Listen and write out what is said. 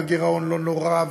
והגירעון לא נורא,